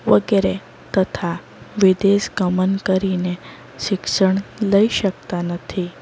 વગેરે તથા વિદેશગમન કરીને શિક્ષણ લઈ શકતા નથી